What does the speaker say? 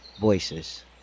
Voices